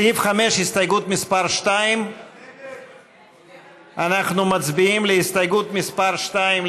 הסתייגות מס' 2. אנחנו מצביעים על הסתייגות מס' 2,